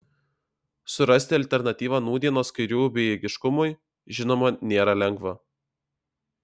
surasti alternatyvą nūdienos kairiųjų bejėgiškumui žinoma nėra lengva